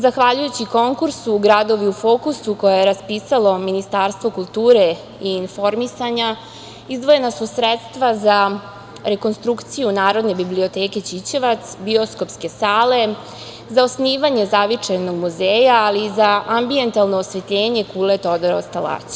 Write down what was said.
Zahvaljujući konkursu „Gradovi u fokusu“ koje je raspisalo Ministarstvo kulture i informisanja izdvojena su sredstva za rekonstrukciju Narodne biblioteke Ćićevac, bioskopske sale, za osnivanje zavičajnog muzeja, ali i za ambijentalno osvetljenje kule „Todor od Stalaća“